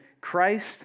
Christ